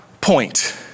point